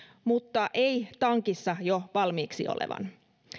mutta ei tankissa jo valmiiksi olevan